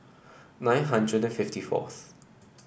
nine hundred fifty fourth